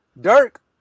Dirk